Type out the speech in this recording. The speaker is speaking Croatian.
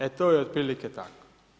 E to je otprilike tako.